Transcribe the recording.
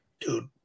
dude